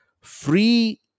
free